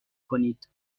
کنید